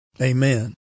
Amen